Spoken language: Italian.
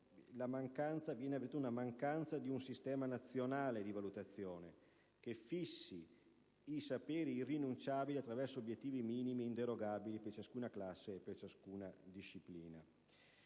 viene avvertita la mancanza di un sistema nazionale di valutazione che fissi i saperi irrinunciabili attraverso obiettivi minimi ed inderogabili per ciascuna classe e per ciascuna disciplina.